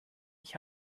ich